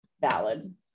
valid